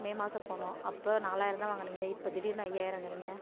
மே மாதம் போனோம் அப்போ நாலாயிரம்தான் வாங்கினீங்க இப்போ திடீரெனு ஐயாயிரங்கிறீங்க